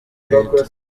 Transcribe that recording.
leta